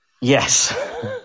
Yes